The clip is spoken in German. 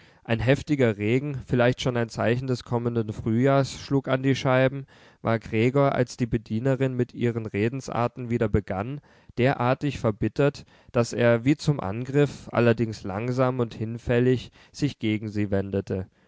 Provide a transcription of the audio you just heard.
ein heftiger regen vielleicht schon ein zeichen des kommenden frühjahrs schlug an die scheiben war gregor als die bedienerin mit ihren redensarten wieder begann derartig verbittert daß er wie zum angriff allerdings langsam und hinfällig sich gegen sie wendete